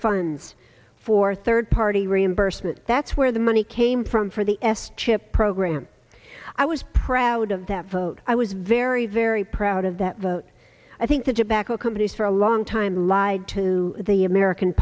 funds for third party reimbursement that's where the money came from for the s chip program i was proud of that vote i was very very proud of that vote i think the jackal companies for a long time lied to the american